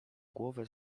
głowę